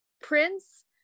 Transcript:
Prince